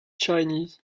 chinese